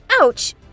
Ouch